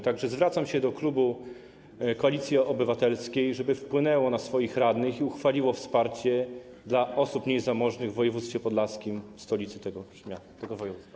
Tak że zwracam się do klubu Koalicji Obywatelskiej, żeby wpłynął na swoich radnych i uchwalił wsparcie dla osób mniej zamożnych w województwie podlaskim, w stolicy tego województwa.